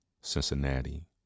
Cincinnati